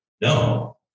no